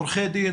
עורכי דין,